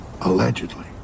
allegedly